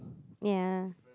ya